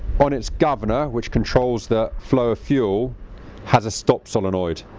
on its governor, which controls the flow of fuel has a stop solenoid.